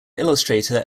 illustrator